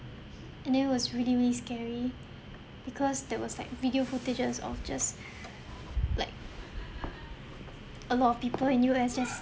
and it was really really scary because there was like video footages of just like a lot of people in U_S just